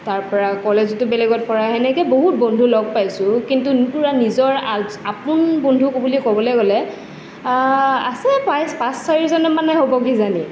তাৰপৰা কলেজতো বেলেগত পঢ়া সেনেকৈ বহুত বন্ধু লগ পাইছোঁ কিন্তু সেনেকৈ পুৰা নিজৰ আপোন বন্ধু বুলি ক'বলৈ গ'লে আছে প্ৰায় পাঁচ ছয়জন মানেই হ'ব কিজানি